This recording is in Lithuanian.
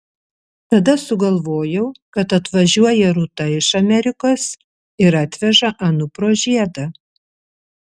tada sugalvojau kad atvažiuoja rūta iš amerikos ir atveža anupro žiedą